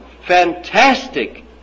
fantastic